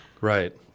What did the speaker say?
Right